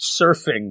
surfing